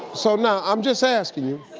so no, i'm just asking you.